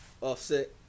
Offset